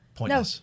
no